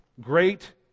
Great